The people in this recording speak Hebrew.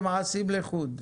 ומעשים לחוד,